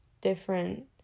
different